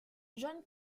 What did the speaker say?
john